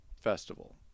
festival